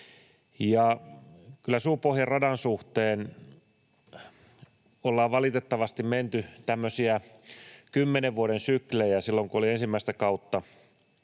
Kyllä Suupohjan radan suhteen ollaan valitettavasti menty tämmöisiä kymmenen vuoden syklejä. Silloin kun olin ensimmäistä kautta